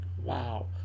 wow